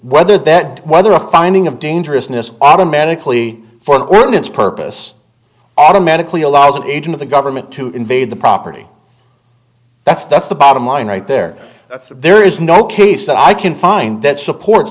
whether that whether a finding of dangerousness automatically for the ordinance purpose automatically allows an agent of the government to invade the property that's that's the bottom line right there there is no case that i can find that supports